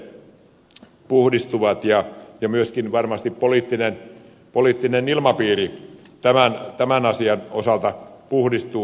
jätevedet puhdistuvat ja myöskin varmasti poliittinen ilmapiiri tämän asian osalta puhdistuu